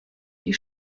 die